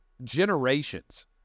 generations